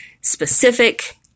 specific